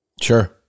Sure